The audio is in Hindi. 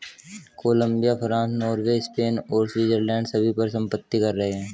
कोलंबिया, फ्रांस, नॉर्वे, स्पेन और स्विट्जरलैंड सभी पर संपत्ति कर हैं